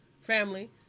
family